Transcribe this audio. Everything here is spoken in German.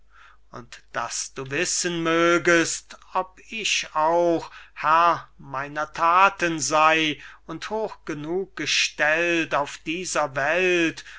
und daß du wissen mögest ob ich auch herr meiner thaten sei und hoch genug gestellt auf dieser welt